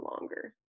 longer